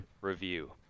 review